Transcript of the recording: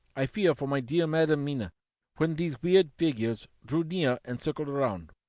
i feared for my dear madam mina when these weird figures drew near and circled round.